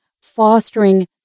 fostering